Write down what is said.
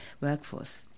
workforce